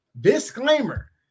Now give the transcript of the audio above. Disclaimer